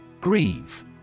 Grieve